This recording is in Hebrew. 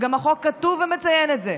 וגם בחוק כתוב ומצוין את זה,